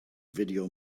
video